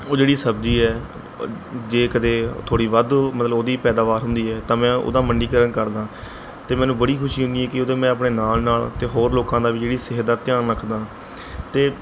ਉਹ ਜਿਹੜੀ ਸਬਜ਼ੀ ਹੈ ਜੇ ਕਦੇ ਥੋੜੀ ਵੱਧ ਮਤਲਬ ਉਹਦੀ ਪੈਦਾਵਾਰ ਹੁੰਦੀ ਹੈ ਤਾਂ ਮੈਂ ਉਹਦਾ ਮੰਡੀਕਰਨ ਕਰਦਾ ਅਤੇ ਮੈਨੂੰ ਬੜੀ ਖੁਸ਼ੀ ਹੁੰਦੀ ਹੈ ਕਿ ਉਹਦੇ ਮੈਂ ਆਪਣੇ ਨਾਲ਼ ਨਾਲ਼ ਅਤੇ ਹੋਰ ਲੋਕਾਂ ਦਾ ਵੀ ਜਿਹੜੀ ਸਿਹਤ ਦਾ ਧਿਆਨ ਰੱਖਦਾ ਅਤੇ